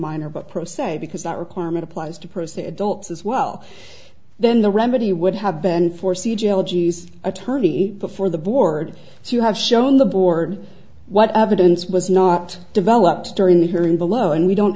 minor but pro se because that requirement applies to person adults as well then the remedy would have been for see jail g s attorney before the board so you have shown the board what evidence was not developed during the hearing below and we don't